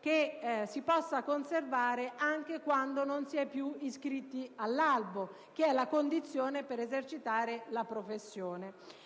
che lo si possa conservare anche quando non si è più iscritti all'albo, che è la condizione per esercitare la professione.